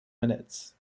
minutes